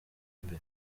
imbere